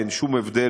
אין שום הבדל,